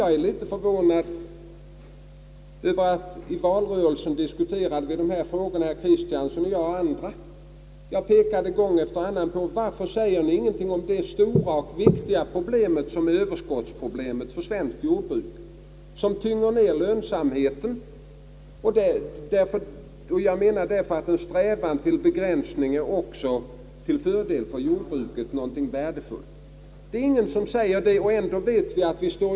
Jag är litet förvånad över att man i valrörelsen, när herr Kristiansson och jag och andra diskuterade dessa frågor, inte sade någonting om det stora och svåra överskottsproblem för svenskt jordbruk som ständigt minskar lönsamheten. Jag anser således att en strävan till produktionsbegränsning också länder till fördel för jordbruket, men det är ingen som i denna debatt betonat detta.